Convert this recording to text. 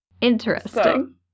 Interesting